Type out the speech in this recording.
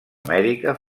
amèrica